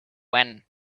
when